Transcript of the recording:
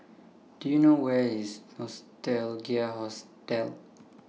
Do YOU know Where IS Nostalgia Hostel